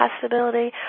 possibility